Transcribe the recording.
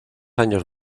años